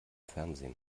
fernsehen